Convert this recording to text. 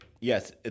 yes